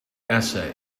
essay